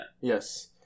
Yes